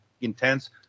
intense